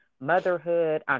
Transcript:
motherhood